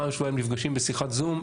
פעם בשבועיים נפגשים בשיחת זום,